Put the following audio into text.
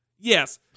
Yes